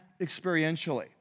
experientially